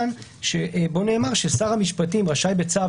שבו נאמר ששר המשפטים רשאי בצו,